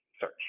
search